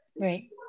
Right